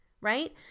right